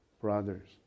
brothers